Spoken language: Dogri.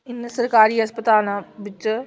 इ नें सरकारी अस्पतालें बिच्च